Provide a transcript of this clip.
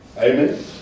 amen